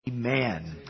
Amen